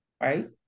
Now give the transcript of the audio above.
right